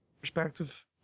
perspective